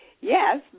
yes